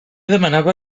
demanava